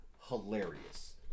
hilarious